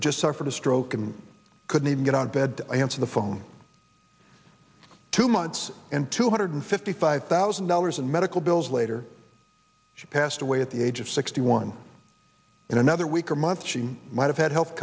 just suffered a stroke and couldn't even get out of bed to answer the phone two months and two hundred fifty five thousand dollars in medical bills later she passed away at the age of sixty one in another week or month she might have had health